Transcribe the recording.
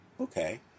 Okay